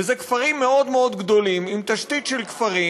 ואלה כפרים מאוד מאוד גדולים עם תשתית של כפרים.